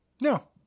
no